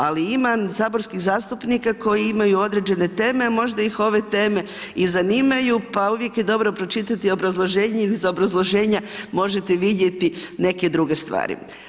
Ali ima saborskih zastupnika koji imaju određene tema, a možda ih ove teme i zanimaju pa uvijek je dobro pročitati obrazloženje jer iz obrazloženja možete vidjeti neke druge stvari.